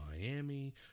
Miami